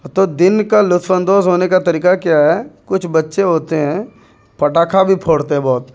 ہاں تو دن کا لطف اندوز ہونے کا طریقہ کیا ہے کچھ بچّے ہوتے ہیں پٹاخہ بھی پھوڑتے بہت